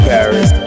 Paris